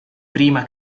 prima